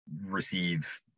receive